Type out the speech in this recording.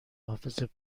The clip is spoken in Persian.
حافظه